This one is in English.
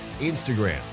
Instagram